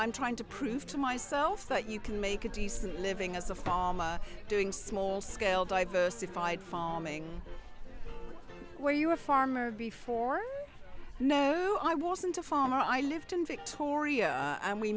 i'm trying to prove to myself that you can make a decent living as a farmer doing small scale diversified farming where you are a farmer before no i wasn't a farmer i lived in victoria and we